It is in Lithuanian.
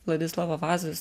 vladislovo vazos